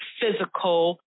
physical